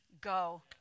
go